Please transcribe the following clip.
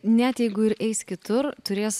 net jeigu ir eis kitur turės